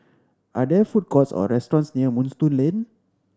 are there food courts or restaurants near Moonstone Lane